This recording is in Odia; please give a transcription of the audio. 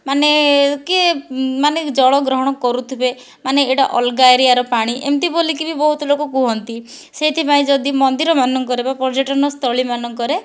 ମାନେ କିଏ ମାନେ ଜଳ ଗ୍ରହଣ କରୁଥିବେ ମାନେ ଏଇଟା ଅଲଗା ଏରିଆର ପାଣି ଏମିତି ବୋଲିକି ବି ବହୁତ ଲୋକ କହନ୍ତି ସେଇଥିପାଇଁ ଯଦି ମନ୍ଦିର ମାନଙ୍କରେ ବା ପର୍ଯ୍ୟଟନ ସ୍ଥଳୀମାନଙ୍କରେ